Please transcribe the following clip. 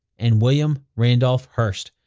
and william randolph hearst.